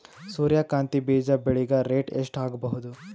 ಸೂರ್ಯ ಕಾಂತಿ ಬೀಜ ಬೆಳಿಗೆ ರೇಟ್ ಎಷ್ಟ ಆಗಬಹುದು?